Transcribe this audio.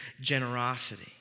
generosity